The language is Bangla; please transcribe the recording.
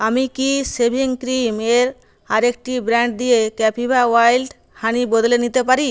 আমি কি শেভিং ক্রিম এর আরেকটি ব্র্যাণ্ড দিয়ে ক্যাপিভা ওয়াইল্ড হানি বদলে নিতে পারি